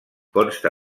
consta